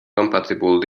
compatible